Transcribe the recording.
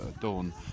Dawn